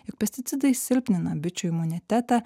jog pesticidai silpnina bičių imunitetą